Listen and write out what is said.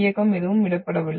இயக்கம் எதுவும் விடப்படவில்லை